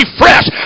fresh